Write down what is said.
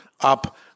up